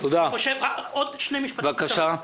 עוד שני משפטים, בבקשה.